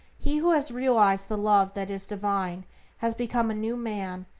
he who has realized the love that is divine has become a new man,